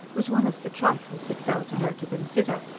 was one of the trifles it fell to her to consider.